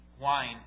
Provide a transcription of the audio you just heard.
wine